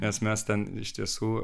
nes mes ten iš tiesų